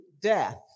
death